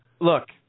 Look